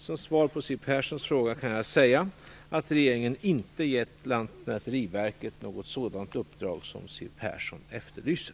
Som svar på Siw Perssons fråga kan jag säga att regeringen inte gett Lantmäteriverket något sådant uppdrag som Siw Persson efterlyser.